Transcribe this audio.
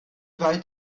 weit